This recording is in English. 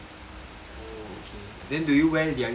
oh okay then do you wear their uniforms